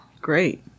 Great